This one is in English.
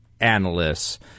analysts